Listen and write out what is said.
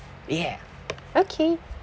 yeah okay